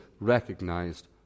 recognized